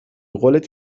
قولت